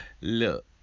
look